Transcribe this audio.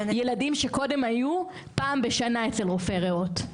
ילדים שקודם היו פעם בשנה אצל רופא ראות.